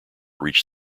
reach